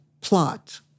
plot